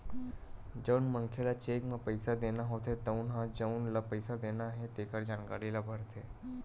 जउन मनखे ल चेक म पइसा देना होथे तउन ह जउन ल पइसा देना हे तेखर जानकारी ल भरथे